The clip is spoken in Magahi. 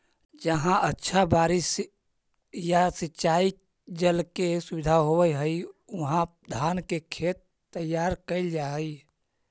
जहाँ अच्छा बारिश या सिंचाई जल के सुविधा होवऽ हइ, उहाँ धान के खेत तैयार कैल जा हइ